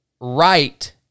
right